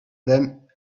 then